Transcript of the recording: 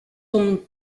ont